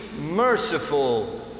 merciful